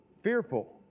fearful